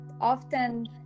often